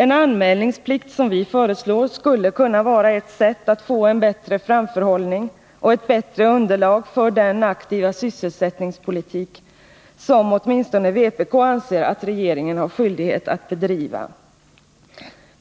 En anmälningsplikt, som vi föreslår, skulle kunna vara ett sätt att få en bättre framförhållning och ett bättre underlag för den aktiva sysselsättningspolitik som åtminstone vpk anser att regeringen har skyldighet att bedriva.